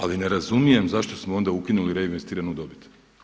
Ali ne razumijem zašto smo onda ukinuli reinvestiranu dobit.